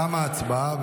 תמה ההצבעה.